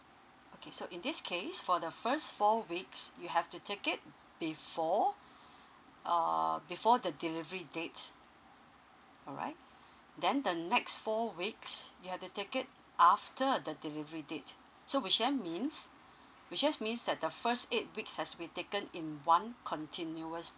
okay so in this case for the first four weeks you have to take it before err before the delivery date alright then the next four weeks you have to take it after the delivery date so which just means which just means that the first eight week as to be taken in one continuous